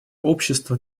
общество